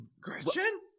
Gretchen